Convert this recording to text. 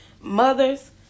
mothers